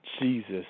Jesus